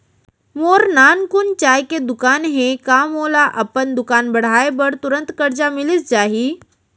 मोर नानकुन चाय के दुकान हे का मोला अपन दुकान बढ़ाये बर तुरंत करजा मिलिस जाही?